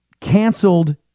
canceled